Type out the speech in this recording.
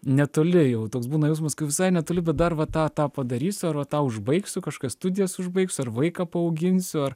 netoli jau toks būna jausmas kai visai netoli bet dar va tą tą padarysiu ar va tą užbaigsiu kažką studijas užbaigsiu ar vaiką paauginsiu ar